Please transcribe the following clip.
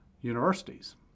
universities